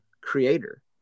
creator